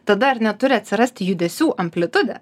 tada ar ne turi atsirasti judesių amplitudė